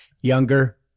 younger